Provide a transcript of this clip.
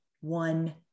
one